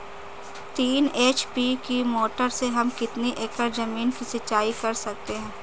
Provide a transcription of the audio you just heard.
तीन एच.पी की मोटर से हम कितनी एकड़ ज़मीन की सिंचाई कर सकते हैं?